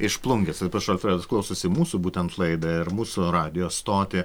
iš plungės tad prašau alfredas klausosi mūsų būtent laidą ir mūsų radijo stotį